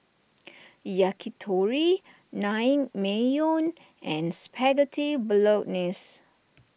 Yakitori Naengmyeon and Spaghetti Bolognese